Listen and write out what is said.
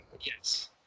Yes